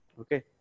Okay